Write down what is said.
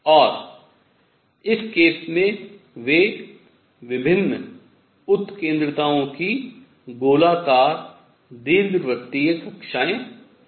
और इस केस में वे विभिन्न उत्केंद्रताओं की गोलाकार दीर्घवृत्तीय कक्षाएँ हैं